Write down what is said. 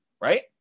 right